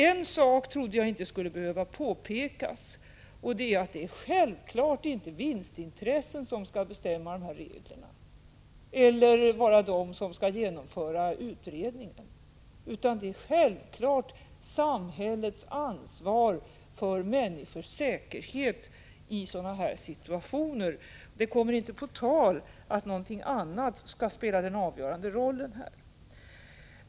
En sak trodde jag inte skulle behöva påpekas, nämligen att det självfallet inte är vinstintressen som skall bestämma dessa regler eller ligga till grund för utredningen. Det är naturligtvis samhällets ansvar för människors säkerhet i sådana här situationer som skall vara avgörande. Det kommer inte på tal att någonting annat skall spela den avgörande rollen.